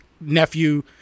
nephew